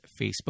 Facebook